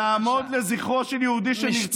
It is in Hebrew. לעמוד לזכרו של יהודי שנרצח?